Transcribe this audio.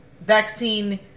vaccine